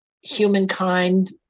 humankind